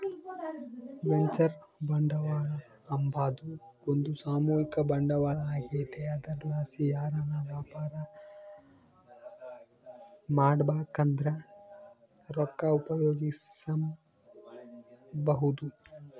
venture ಬಂಡವಾಳ ಅಂಬಾದು ಒಂದು ಸಾಮೂಹಿಕ ಬಂಡವಾಳ ಆಗೆತೆ ಅದರ್ಲಾಸಿ ಯಾರನ ವ್ಯಾಪಾರ ಮಾಡ್ಬಕಂದ್ರ ರೊಕ್ಕ ಉಪಯೋಗಿಸೆಂಬಹುದು